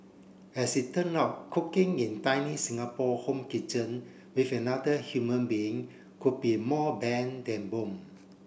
as it turn out cooking in tiny Singapore home kitchen with another human being could be more bane than boon